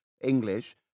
English